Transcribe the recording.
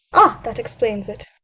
ah, that explains it.